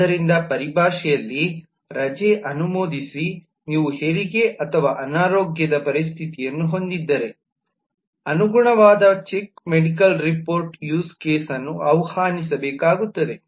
ಆದ್ದರಿಂದ ಪರಿಭಾಷೆಯಲ್ಲಿ ರಜೆ ಅನುಮೋದಿಸಿ ನೀವು ಹೆರಿಗೆ ಅಥವಾ ಅನಾರೋಗ್ಯದ ಪರಿಸ್ಥಿತಿಯನ್ನು ಹೊಂದಿದ್ದರೆ ಅನುಗುಣವಾದ ಚೆಕ್ ಮೆಡಿಕಲ್ ರಿಪೋರ್ಟ್ಯೂಸ್ ಕೇಸ್ನ್ನು ಆಹ್ವಾನಿಸಬೇಕಾಗುತ್ತದೆ